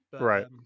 Right